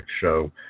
show